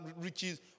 riches